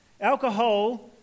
Alcohol